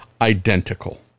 identical